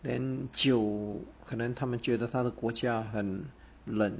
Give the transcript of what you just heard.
then 酒可能他们觉得他的国家很冷